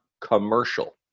commercial